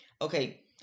Okay